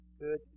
good